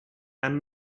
and